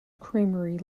creamery